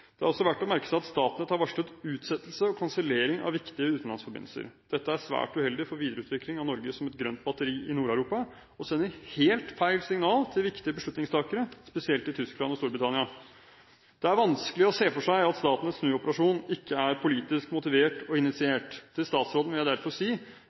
Det er også verdt å merke seg at Statnett har varslet utsettelse og kansellering av viktige utenlandsforbindelser. Dette er svært uheldig for videreutvikling av Norge som et grønt batteri i Nord-Europa og sender helt feil signal til viktige beslutningstakere, spesielt i Tyskland og Storbritannia. Det er vanskelig å se for seg at Statnetts snuoperasjon ikke er politisk motivert og initiert. Til statsråden vil jeg derfor si: